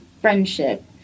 friendship